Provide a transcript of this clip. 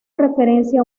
referencia